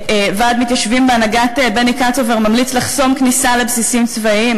ועד המתיישבים בהנהגת בני קצובר ממליץ לחסום כניסה לבסיסים צבאיים.